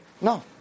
no